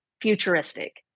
futuristic